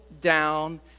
down